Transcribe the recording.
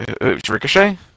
Ricochet